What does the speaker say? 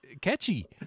catchy